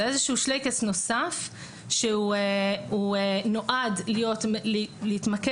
זה איזשהו שלייקעס נוסף שהוא נועד להתמקד